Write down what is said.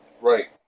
right